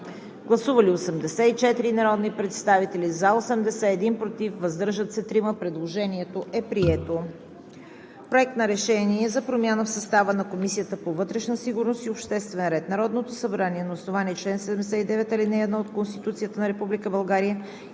Гласували 84 народни представители: за 80, против 1, въздържали се 3. Предложението е прието. „Проект! РЕШЕНИЕ за промяна в състава на Комисията по вътрешна сигурност и обществен ред Народното събрание на основание чл. 79, ал. 1 от Конституцията на